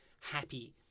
happy